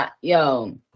yo